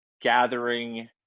gathering